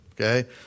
Okay